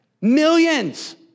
Millions